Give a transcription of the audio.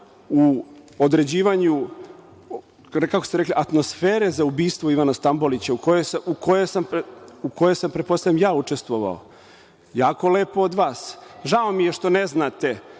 u određivanju, kako ste rekli, atmosfere za ubistvo Ivana Stambolića, u kojoj sam, pretpostavljam, ja učestvovao. Jako lepo od vas. Žao mi je što ne znate